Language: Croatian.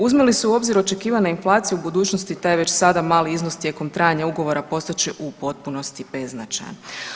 Uzme li se u obzir očekivana inflacija u budućnosti, taj je već sada mali iznos tijekom trajanja ugovora postat će u potpunosti beznačajan.